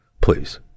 Please